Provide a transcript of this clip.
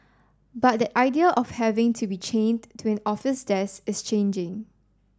but that idea of having to be chained to an office desk is changing